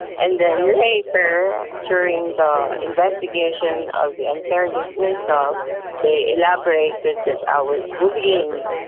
and then later during the investigation of the unfair dismissal they elaborated that i was bullying,